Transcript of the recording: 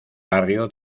barrio